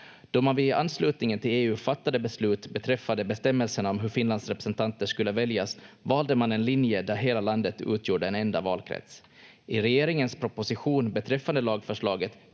Då man vid anslutningen till EU fattade beslut beträffande bestämmelserna om hur Finlands representanter skulle väljas valde man en linje där hela landet utgjorde en enda valkrets. I regeringens proposition beträffande lagförslaget